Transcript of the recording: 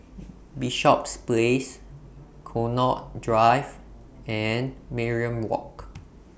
Bishops Place Connaught Drive and Mariam Walk